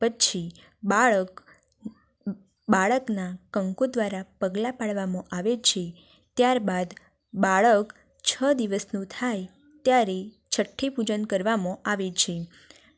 પછી બાળક બાળકનાં કંકુ દ્વારા પગલાં પાડવામાં આવે છે ત્યારબાદ બાળક છ દિવસનું થાય ત્યારે છઠ્ઠી પૂજન કરવામાં આવે છે